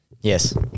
Yes